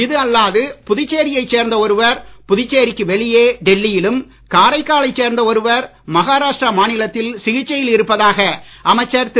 இது அல்லாது புதுச்சேரியைச் சேர்ந்த ஒருவர் புதுச்சேரிக்கு வெளியே வெளியே டெல்லியிலும் காரைக்காலைச் சேர்ந்த ஒருவர் மஹாராஷ்டிரா மாநிலத்திலும் சிகிச்சையில் இருப்பதாக அமைச்சர் திரு